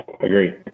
Agree